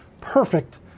perfect